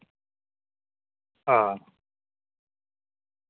हां